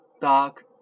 dark